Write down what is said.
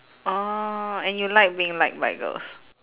orh and you like being liked by girls